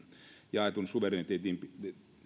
jaetun suvereniteetin